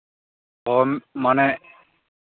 ᱦᱚᱱ ᱢᱟᱱᱮ